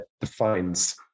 defines